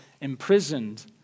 imprisoned